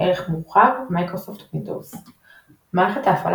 ערך מורחב – Microsoft Windows מערכת ההפעלה